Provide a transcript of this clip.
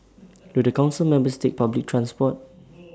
do the Council members take public transport